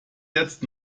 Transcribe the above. jetzt